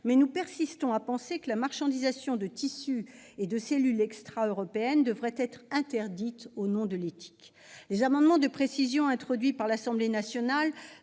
mais nous persistons à penser que la marchandisation de tissus et de cellules d'origine extra-européenne devrait être interdite au nom de l'éthique. Les amendements de précision introduits par l'Assemblée nationale